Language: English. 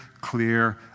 clear